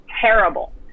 terrible